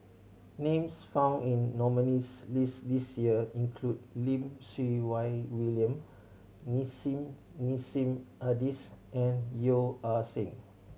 names found in nominees' list this year include Lim Siew Wai William Nissim Nassim Adis and Yeo Ah Seng